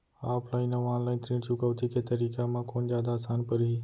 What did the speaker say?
Offline अऊ online ऋण चुकौती के तरीका म कोन जादा आसान परही?